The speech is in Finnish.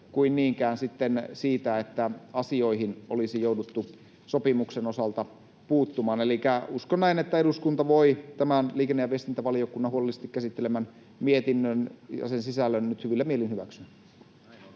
kuin niinkään siitä, että asioihin olisi jouduttu sopimuksen osalta puuttumaan. Elikkä uskon näin, että eduskunta voi tämän liikenne- ja viestintävaliokunnan huolellisesti käsittelemän mietinnön ja sen sisällön nyt hyvillä mielin hyväksyä.